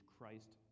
Christ